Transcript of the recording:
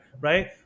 right